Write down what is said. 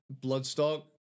Bloodstock